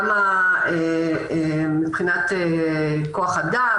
גם מבחינת כוח אדם,